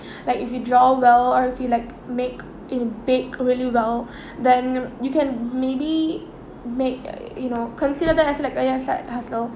like if you draw well or if you like make uh bake really well then you can maybe make you know consider them as like your side hustle